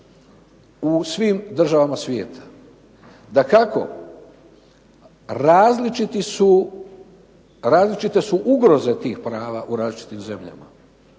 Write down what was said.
u svim državama svijeta. Dakako, različite su ugroze tih prava u različitim zemljama,